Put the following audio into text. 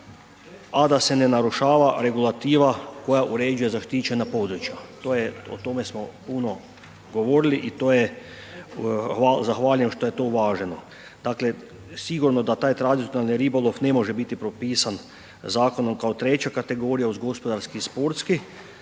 a da se ne narušava regulativa koja uređuje zaštićena područja, o tome smo puno govorili i zahvaljujem što je to uvaženo. Dakle, sigurno da taj tradicionalni ribolov ne može biti propisan zakonom kao treća kategorija uz gospodarski i sportski